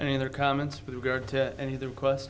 in their comments with regard to any of the request